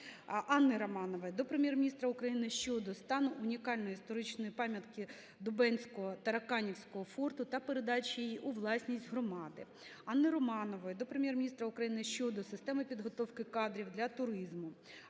Анни Романової до Прем'єр-міністра України щодо стану унікальної історичної пам'ятки Дубенського (Тараканівського) форту та передачі її у власність громади. Анни Романової до Прем'єр-міністра України щодо системи підготовки кадрів для туризму.